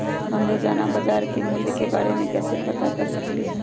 हम रोजाना बाजार के मूल्य के के बारे में कैसे पता कर सकली ह?